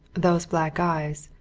those black eyes,